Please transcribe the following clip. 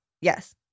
Yes